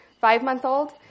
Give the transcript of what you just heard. five-month-old